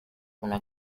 una